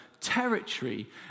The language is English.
territory